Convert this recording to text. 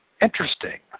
Interesting